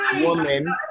woman